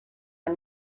man